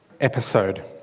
episode